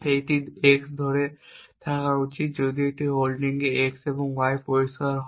এটি x ধরে থাকা উচিত যদি একটি হোল্ডিং x এবং y পরিষ্কার হয়